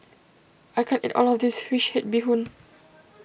I can't eat all of this Fish Head Bee Hoon